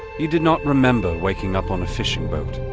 he did not remember waking up on a fishing boat.